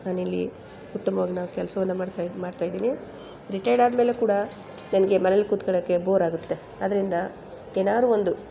ನಾನಿಲ್ಲಿ ಉತ್ತಮವನ್ನು ಕೆಲಸವನ್ನ ಮಾಡ್ತಾಯಿದ್ದು ಮಾಡ್ತಾಯಿದ್ದೀನಿ ರಿಟೈರ್ಡ್ ಆದಮೇಲು ಕೂಡ ನನಗೆ ಮನೇಲಿ ಕೂತ್ಕೊಳ್ಳೋಕ್ಕೆ ಬೋರ್ ಆಗುತ್ತೆ ಆದ್ದರಿಂದ ಏನಾದ್ರು ಒಂದು